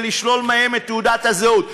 ולשלול מהם את תעודת הזהות.